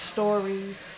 Stories